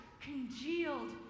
congealed